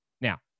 Now